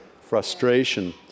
frustration